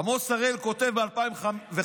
עמוס הראל כותב ב-2005: